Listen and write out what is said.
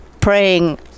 praying